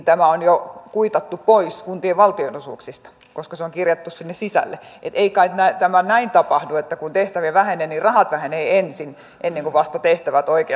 ihan itse tässä lohjalla kun toimin kunnallispolitiikassa niin se on kirjattu sinne sitä ettei kai täyttämään jokavuotinen kysymys että kun tehtäviä vähäinen raha menee ensin peliluvasta tehtävät oikein